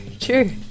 true